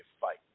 fight